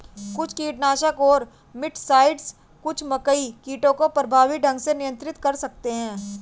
कुछ कीटनाशक और मिटसाइड्स कुछ मकई कीटों को प्रभावी ढंग से नियंत्रित कर सकते हैं